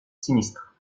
sinistre